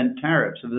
tariffs